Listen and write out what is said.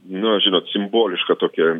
nu žinot simboliška tokią